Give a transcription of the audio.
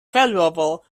valuable